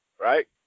right